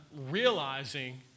realizing